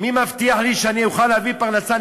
מי מבטיח לי שאוכל להביא פרנסה.